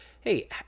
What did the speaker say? Hey